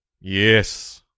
Yes